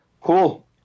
Cool